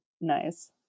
Nice